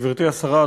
גברתי השרה,